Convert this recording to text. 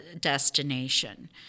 destination